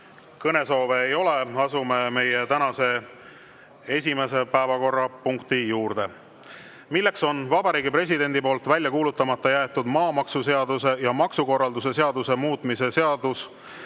Kõnesoove ei ole. Asume meie tänase esimese päevakorrapunkti juurde, milleks on Vabariigi Presidendi poolt välja kuulutamata jäetud maamaksuseaduse ja maksukorralduse seaduse muutmise seaduse